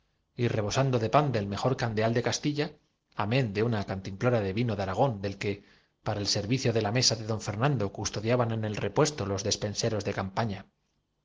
y rebosando de pan del mejor candeal de castilla amen de una cantim plora de vino de aragón del que para el servicio de la mesa de don fernando custodiaban en el repuesto los despenseros de campaña